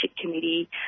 committee